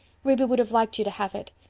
ruby would have liked you to have it.